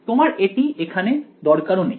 তোমার এটি এখানে দরকারও নেই